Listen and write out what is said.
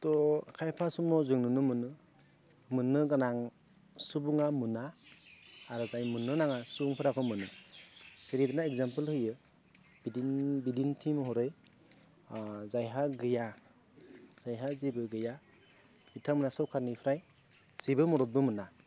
त' खायफा समाव जों नुनो मोनो मोननो गोनां सुबुङा मोना आरो जाय मोननो नाङा सुबुंफोरासो मोनो जेरै एक्जाम्पोल होयो बिदिन्थि महरै जायहा गैया जायहा जेबो गैया बिथांमोना सोरकारनिफ्राय जेबो मददबो मोना